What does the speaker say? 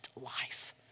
life